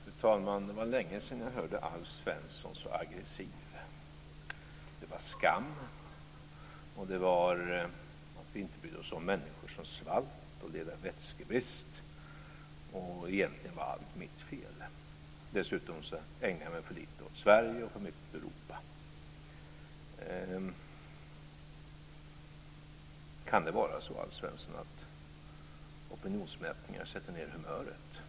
Fru talman! Det var länge sedan jag hörde Alf Svensson så aggressiv. Det var skam. Vi brydde oss inte om människor som svalt och led av vätskebrist. Egentligen var allt mitt fel. Dessutom ägnar jag mig för lite åt Sverige och för mycket åt Europa. Kan det vara så att opinionsmätningar sätter ned humöret, Alf Svensson?